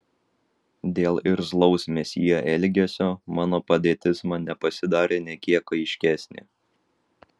dėl irzlaus mesjė elgesio mano padėtis man nepasidarė nė kiek aiškesnė